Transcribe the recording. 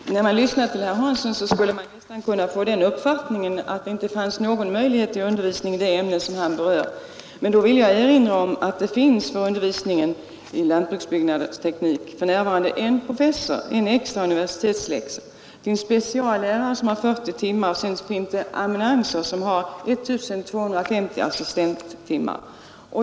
Herr talman! När man lyssnar till herr Hansson i Skegrie, skulle man nästan kunna få den uppfattningen att det inte finns någon möjlighet till undervisning i det ämne han berör, Då vill jag erinra om att det för undervisning i lantbrukets byggnadsteknik för närvarande finns en professor, en extra universitetslektor, en speciallärare som har 40 timmar och amanuenser som har 1 250 assistenttimmar.